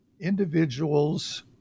individuals